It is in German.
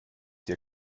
dir